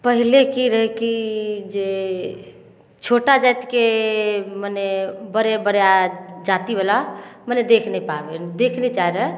पहिले कि रहै कि जे छोटा जातिके मने बड़े बड़ा जातिवला मने देखि नहि पाबै देखै नहि चाहै रहै